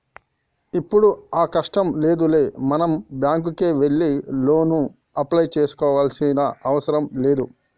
ఇప్పుడు ఆ కట్టం లేదులే మనం బ్యాంకుకే వెళ్లి లోను అప్లై చేసుకోవాల్సిన అవసరం లేదు